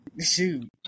Shoot